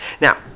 Now